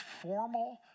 formal